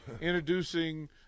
introducing